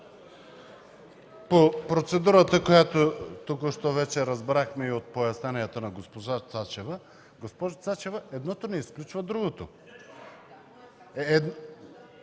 По процедурата, която току-що вече разбрахме и от поясненията на госпожа Цачева, госпожо Цачева, едното не изключва другото.